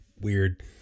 Weird